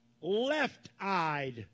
left-eyed